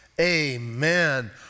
Amen